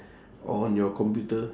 or on your computer